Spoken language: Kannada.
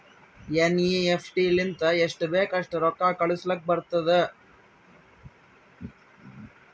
ಎನ್.ಈ.ಎಫ್.ಟಿ ಲಿಂತ ಎಸ್ಟ್ ಬೇಕ್ ಅಸ್ಟ್ ರೊಕ್ಕಾ ಕಳುಸ್ಲಾಕ್ ಬರ್ತುದ್